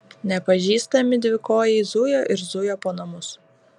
nepažįstami dvikojai zujo ir zujo po namus